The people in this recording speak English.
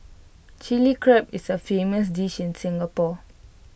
Chilli Crab is A famous dish in Singapore